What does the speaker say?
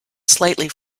slightly